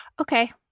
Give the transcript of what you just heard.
Okay